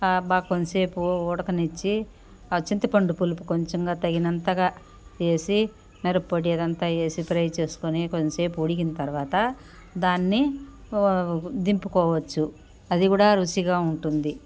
బా కొంచెసేపు ఉడకనిచ్చి చింతపండు పులుకు కొంచంగా తగినంతగా యేసి మిరప్పొడి అదంతా వేసి ఫ్రై చేసుకుని కొంచెంసేపు ఉడికిన తర్వాత దాన్ని ఓ దింపుకోవచ్చు అది కూడా రుచిగా ఉంటుంది